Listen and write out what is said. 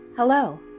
Hello